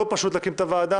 לא פשוט להקים את הוועדה.